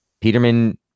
Peterman